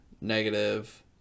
negative